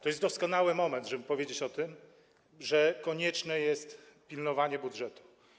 To jest doskonały moment, żeby powiedzieć o tym, że konieczne jest pilnowanie budżetu.